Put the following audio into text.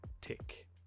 tick